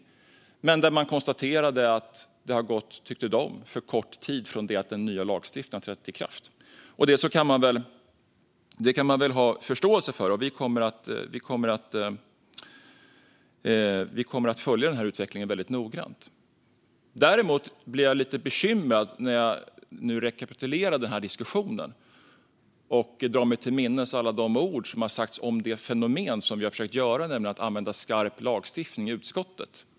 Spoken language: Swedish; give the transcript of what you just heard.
Men Lagrådet tyckte att det hade gått för kort tid från det att den nya lagstiftningen trätt i kraft. Det kan man väl ha förståelse för. Vi kommer att följa den här utvecklingen noggrant. Jag blir dock lite bekymrad när jag nu rekapitulerar diskussionen om detta och drar mig till minnes alla de ord som har sagts om det vi har försökt göra, nämligen att åstadkomma skarp lagstiftning i utskottet.